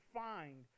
find